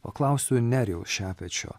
paklausiu nerijaus šepečio